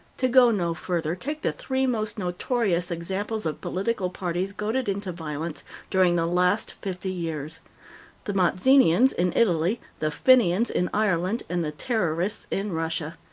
to go no further, take the three most notorious examples of political parties goaded into violence during the last fifty years the mazzinians in italy, the fenians in ireland, and the terrorists in russia.